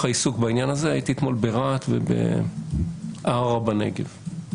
העיסוק בעניין הזה והייתי ברהט ובערערה בנגב.